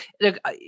look